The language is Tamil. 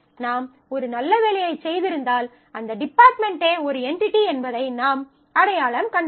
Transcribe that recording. நாம் ஒரு நல்ல வேலையைச் செய்திருந்தால் அந்த டிபார்ட்மென்ட்டே ஒரு என்டிடி என்பதை நாம் அடையாளம் கண்டிருப்போம்